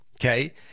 Okay